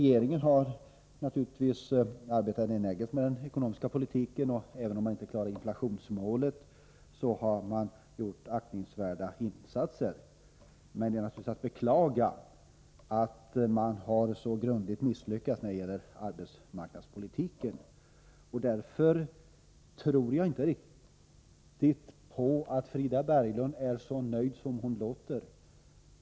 Regeringen har naturligtvis arbetat energiskt med den ekonomiska politiken, och även om man inte klarade inflationsmålet har man gjort aktningsvärda insatser. Men det är naturligtvis att beklaga att man har så grundligt misslyckats när det gäller arbetsmarknadspolitiken, och därför tror jaginte riktigt på att Frida Berglund är så nöjd som hon låter.